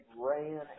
ran